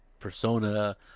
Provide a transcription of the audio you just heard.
Persona